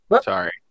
sorry